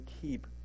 keep